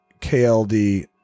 KLD